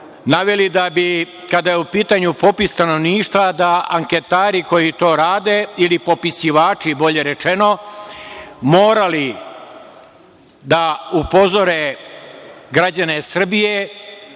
naveli da bi, kada je u pitanju popis stanovništva, da anketari koji to rade ili popisivači, bolje rečeno, morali da upozore građane Srbije